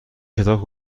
کتاب